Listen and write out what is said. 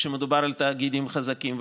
כשמדובר על תאגידים חזקים,